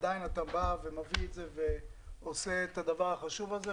עדיין אתה בא ומביא את זה ועושה את הדבר החשוב הזה,